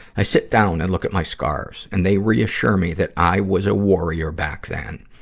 i sit down and look at my scars and they reassure me that i was a worrier back then,